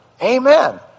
Amen